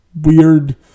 Weird